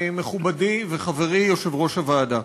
מכובדי וחברי יושב-ראש הוועדה.